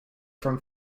from